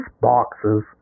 boxes